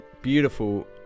beautiful